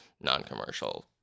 non-commercial